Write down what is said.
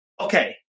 Okay